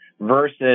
versus